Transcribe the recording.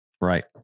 Right